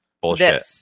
bullshit